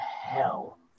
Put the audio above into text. hell